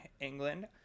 England